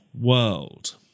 world